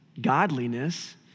godliness